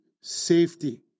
safety